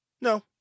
No